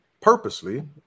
purposely